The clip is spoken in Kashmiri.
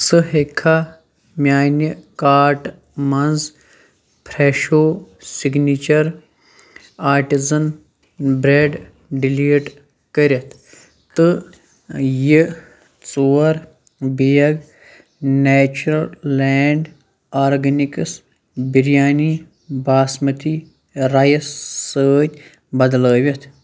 ژٕ ہیٚککھا میانہِ کارٹ مَنٛز Fresho signature artisan bread delete کٔرِتھ تہٕ یہِ ژور bag Nature Land Organics biryani basmati rice سۭتۍ بدلٲوِتھ